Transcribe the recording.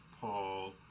Paul